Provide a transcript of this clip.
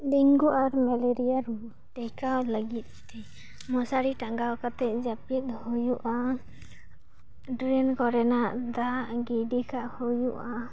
dengue ᱟᱨ malaria ᱨᱩᱣᱟᱹ ᱴᱮᱠᱟᱣ ᱞᱟᱹᱜᱤᱫ ᱛᱮ ᱢᱚᱥᱟᱨᱤ ᱴᱟᱸᱜᱟᱣ ᱠᱟᱛᱮ ᱡᱟᱹᱯᱤᱫ ᱦᱩᱭᱩᱜᱼᱟ ᱰᱨᱮᱹᱱ ᱠᱚᱨᱮᱱᱟᱜ ᱫᱟᱜ ᱜᱤᱰᱤ ᱠᱟᱜ ᱦᱩᱭᱩᱜᱼᱟ